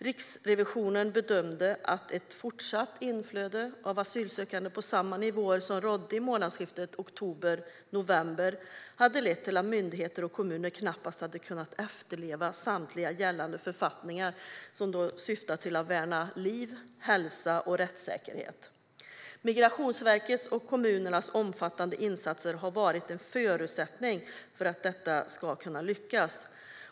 Riksrevisionen bedömer att ett fortsatt inflöde av asylsökande på samma nivåer som i månadsskiftet mellan oktober och november hade lett till att myndigheter och kommuner knappast hade kunnat efterleva samtliga gällande författningar som syftar till att värna om liv, hälsa och rättssäkerhet. Migrationsverkets och kommunernas omfattande insatser var en förutsättning för att detta skulle lyckas.